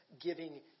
giving